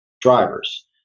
drivers